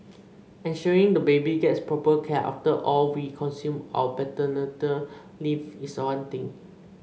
ensuring the baby gets proper care after all we consume our leave is one thing